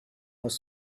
was